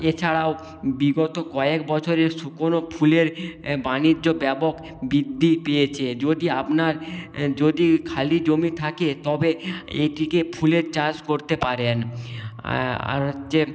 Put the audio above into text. এছাড়াও বিগত কয়েক বছরে শুকোনো ফুলের বাণিজ্য ব্যাপক বৃদ্ধি পেয়েছে যদি আপনার যদি খাল জমি থাকে তবে এ থেকে ফুলের চাষ করতে পারেন আর হচ্ছে